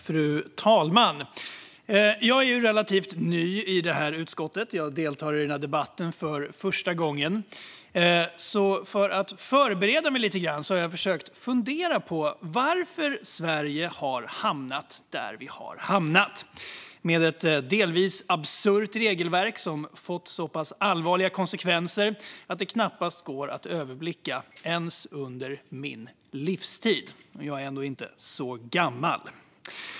Fru talman! Jag är relativt ny i utskottet och deltar i den här debatten för första gången. För att förbereda mig lite har jag försökt fundera på varför Sverige har hamnat där vi har hamnat, med ett delvis absurt regelverk som fått så allvarliga konsekvenser att det knappast går att överblicka ens under min livstid, och jag är ändå inte så gammal.